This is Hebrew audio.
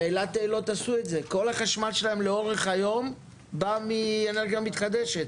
ואילת אילות עשו את זה כל החשמל שלהם לאורך היום בא מאנרגיה מתחדשת.